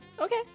Okay